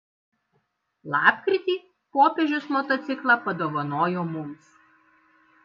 lapkritį popiežius motociklą padovanojo mums